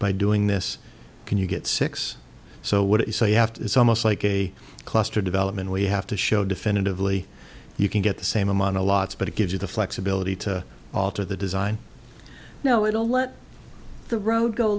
by doing this can you get six so what you say you have to it's almost like a cluster development where you have to show definitively you can get the same amount to lots but it gives you the flexibility to alter the design no it'll let the road go a